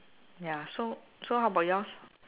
ya so so how about yours